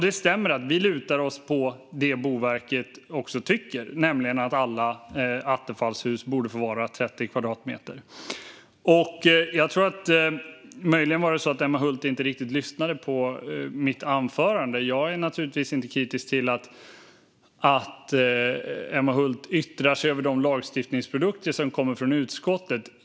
Det stämmer att vi lutar oss mot det som Boverket också tycker, nämligen att alla attefallshus borde få vara 30 kvadratmeter. Jag tror möjligen att Emma Hult inte riktigt lyssnade på mitt anförande. Jag är naturligtvis inte kritisk till att Emma Hult yttrar sig över de lagstiftningsprodukter som kommer från utskottet.